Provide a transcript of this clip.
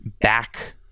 back